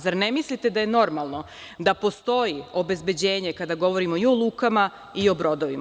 Zar ne mislite da je normalno da postoji obezbeđenje kada govorimo i o lukama i o brodovima?